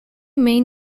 main